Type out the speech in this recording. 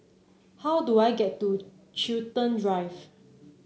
how do I get to Chiltern Drive